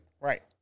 right